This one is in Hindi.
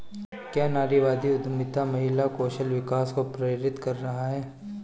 क्या नारीवादी उद्यमिता महिला कौशल विकास को प्रेरित कर रहा है?